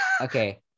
Okay